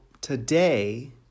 today